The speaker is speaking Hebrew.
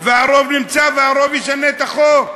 והרוב נמצא והרוב ישנה את החוק.